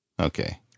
Okay